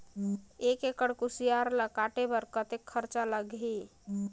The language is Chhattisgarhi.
एक एकड़ कुसियार ल काटे बर कतेक खरचा लगही?